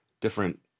different